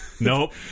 Nope